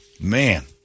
Man